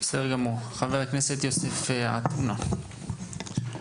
חבר הכנסת יוסף עטאונה, בבקשה.